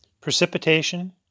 Precipitation